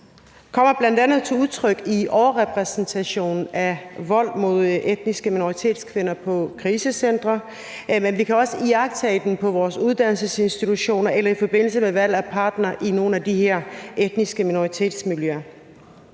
kommer bl.a. til udtryk i overrepræsentationen på krisecentre af etniske minoritetskvinder, der har været udsat for vold, men vi kan også iagttage den på vores uddannelsesinstitutioner eller i forbindelse med valg af partnere i nogle af de her etniske minoritetsmiljøer.